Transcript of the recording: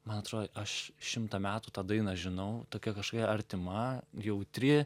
man atrodė aš šimtą metų tą dainą žinau tokia kažkokia artima jautri